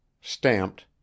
Stamped